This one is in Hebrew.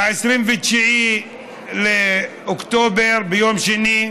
ב-29 באוקטובר, ביום שני,